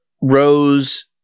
Rose